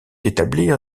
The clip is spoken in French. établir